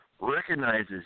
recognizes